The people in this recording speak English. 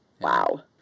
Wow